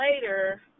later